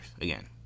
again